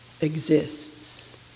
exists